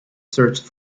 searched